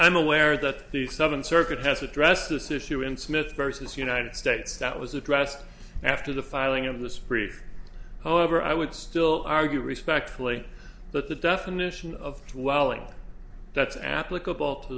i'm aware that the seventh circuit has addressed this issue in smith versus united states that was addressed after the filing of this brief however i would still argue respectfully that the definition of swelling that's applicable to